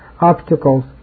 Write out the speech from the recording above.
obstacles